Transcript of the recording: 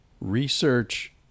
research